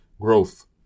growth